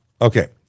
Okay